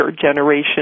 generation